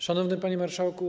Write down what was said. Szanowny Panie Marszałku!